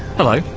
hello,